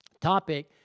topic